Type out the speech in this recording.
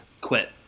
quit